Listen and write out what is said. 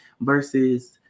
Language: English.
Versus